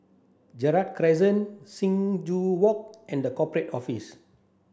Gerald Crescent Sing Joo Walk and The Corporate Office